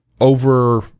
over